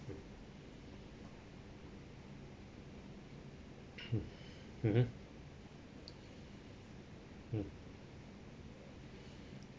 mm mmhmm mm